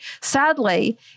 Sadly